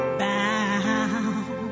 bound